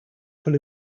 full